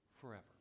forever